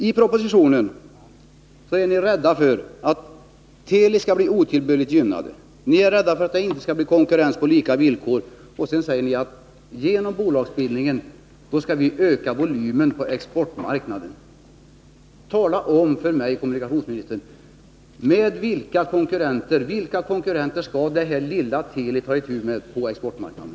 I propositionen uttalas rädsla för att Teli skall bli otillbörligt gynnad. Ni är rädda för att den inte skall konkurrera på lika villkor. Sedan säger ni att till följd av bolagsbildningen skall volymen på exportmarknaden öka. Tala om för mig, herr kommunikationsminister: Vilka konkurrenter skall det lilla Teli ta itu med på exportmarknaden?